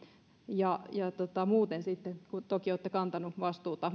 muuten sitten toki olette kantaneet vastuuta